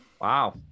wow